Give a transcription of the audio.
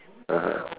(uh huh)